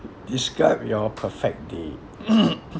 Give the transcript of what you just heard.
describe your perfect day